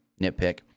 nitpick